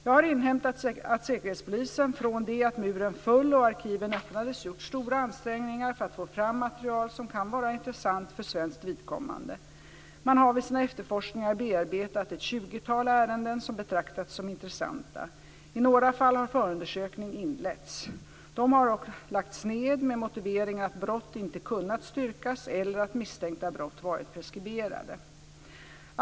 Jag har inhämtat att Säkerhetspolisen från det att muren föll och arkiven öppnades gjort stora ansträngningar för att få fram material som kan vara intressant för svenskt vidkommande. Man har vid sina efterforskningar bearbetat ett tjugotal ärenden som betraktats som intressanta. I några fall har förundersökningar inletts. Dessa har dock lagts ned med motiveringen att brott inte kunnat styrkas eller att misstänkta brott varit preskriberade.